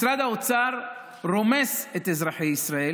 משרד האוצר רומס את אזרחי ישראל